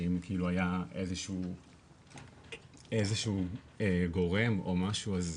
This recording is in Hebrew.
שאם כאילו היה איזשהו גורם או משהו אז